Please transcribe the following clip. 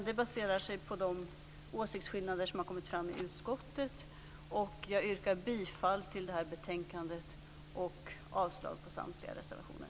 De baserar sig på de åsiktsskillnader som har kommit fram i utskottet. Jag yrkar bifall till utskottets hemställan och avslag på samtliga reservationer.